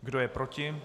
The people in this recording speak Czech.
Kdo je proti?